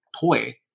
Toy